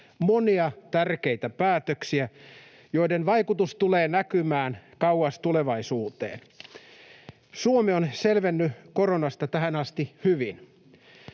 monia tärkeitä päätöksiä, joiden vaikutus tulee näkymään kauas tulevaisuuteen. Suomi on selvinnyt koronasta tähän asti hyvin.